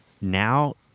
now